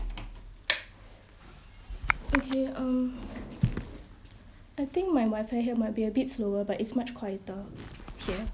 okay uh I think my wifi here might be a bit slower but it's much quieter here